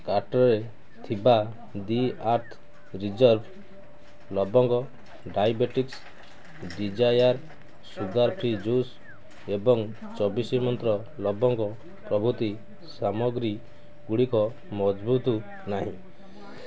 କାର୍ଟ୍ରେ ଥିବା the earth reserve ଲବଙ୍ଗ diabetes desire sugar free juice ଏବଂ ଚବିଶି ମନ୍ତ୍ର ଲବଙ୍ଗ ପ୍ରଭୃତି ସାମଗ୍ରୀଗୁଡ଼ିକ ମହଜୁଦ ନାହିଁ